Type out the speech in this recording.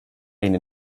één